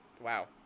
wow